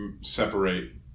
separate